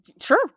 Sure